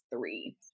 three